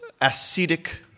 ascetic